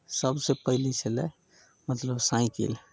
सभसँ पहिले छलय मतलब साइकिल